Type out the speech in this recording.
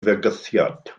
fygythiad